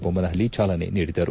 ಬೊಮ್ನಹಳ್ಳಿ ಚಾಲನೆ ನೀಡಿದರು